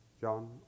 John